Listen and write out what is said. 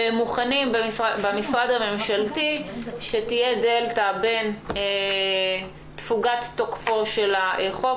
ומוכנים במשרד הממשלתי שתהיה דלתא בין תפוגת תוקפו של החוק,